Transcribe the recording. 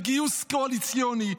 בגיוס קואליציוני,